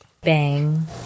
Bang